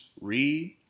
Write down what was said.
read